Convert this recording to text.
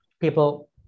people